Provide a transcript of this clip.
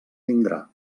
vindrà